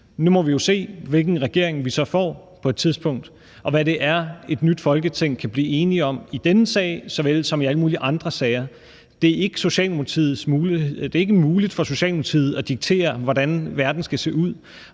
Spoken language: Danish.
Nu må vi jo se, hvilken regering vi så får på et tidspunkt, og hvad det er, et Folketing kan blive enige om i denne sag såvel som i alle mulige andre sager. Det er ikke muligt for Socialdemokratiet at diktere, hvordan verden skal se ud.